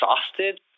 exhausted